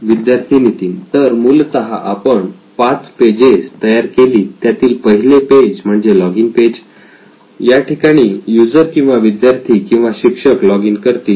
विद्यार्थी नितीन तर मूलतः आपण पाच पेजेस तयार केलीत त्यातील पहिले पेज म्हणजे लॉगिन पेज याठिकाणी यूजर किंवा विद्यार्थी किंवा शिक्षक लॉगिन करतील